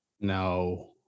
No